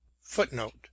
Footnote